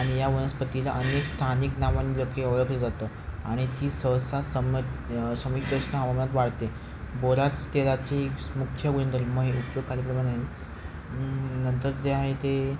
आणि या वनस्पतीला अनेक स्थानिक नावाने ओळखली जातं आणि ती सहसा सम हवामानात वाढते बोराज तेलाची मुख्य गुणधर्म हे उपयोग खालील प्रमाणे आहे नंतर जे आहे ते